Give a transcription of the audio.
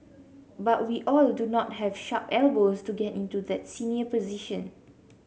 but we all do not have sharp elbows to get into that senior position